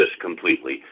completely